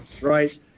Right